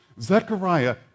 Zechariah